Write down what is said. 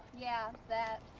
yeah, that.